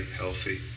healthy